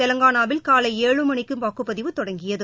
தெலங்கானாவில் காலை எழு மணிக்கு வாக்குப்பதிவு தொடங்கியது